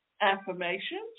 affirmations